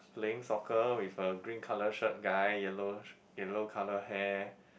playing soccer with a green colour shirt guy yellow yellow colour hair